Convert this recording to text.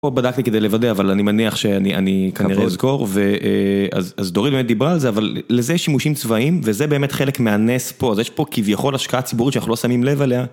פה בדקתי כדי לוודא, אבל אני מניח שאני כנראה אזכור, אז דורין באמת דיברה על זה, אבל לזה יש שימושים צבאיים, וזה באמת חלק מהנס פה, אז יש פה כביכול השקעה ציבורית שאנחנו לא שמים לב אליה.